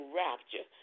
rapture